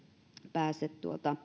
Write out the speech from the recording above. pääse